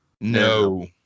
No